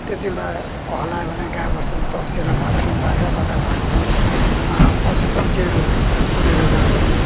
त्यति बेला हल्लायो भने गाईवस्तु पनि तर्सेर भाग्छन् बाख्रा पाटा भाग्छन् पशुपन्छीहरू उडेर जान्छन्